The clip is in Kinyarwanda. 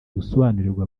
gusobanurirwa